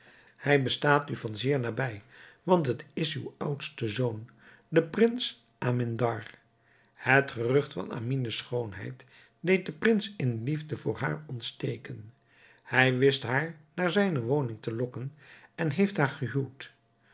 hij bestaat u van zeer nabij want het is uw oudste zoon de prins amindar het gerucht van amine's schoonheid deed den prins in liefde voor haar ontsteken hij wist haar naar zijne woning te lokken en heeft haar gehuwd